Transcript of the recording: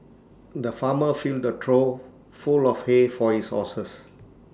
the farmer filled A trough full of hay for his horses